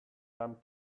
them